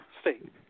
state